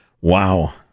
Wow